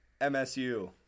MSU